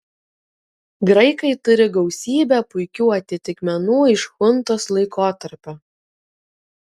graikai turi gausybę puikių atitikmenų iš chuntos laikotarpio